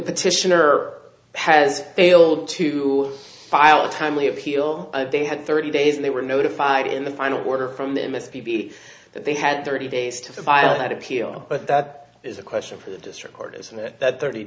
petitioner has failed to file a timely appeal they had thirty days and they were notified in the final order from the m s p that they had thirty days to file that appeal but that is a question for the district court isn't it that thirty